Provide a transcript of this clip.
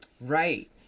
Right